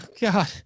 god